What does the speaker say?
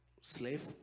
slave